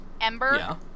Ember